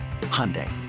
Hyundai